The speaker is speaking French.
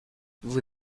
vous